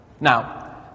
Now